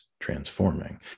transforming